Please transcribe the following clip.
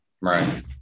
Right